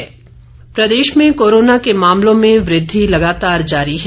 Himachal corona Pradesh में corona के मामलों में वृद्धि लगातार जारी है